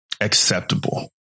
acceptable